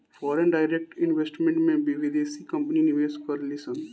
foreign direct investment में बिदेसी company निवेश करेलिसन